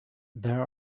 there